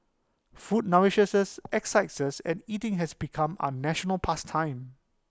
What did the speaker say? food nourishes us excites us and eating has become our national past time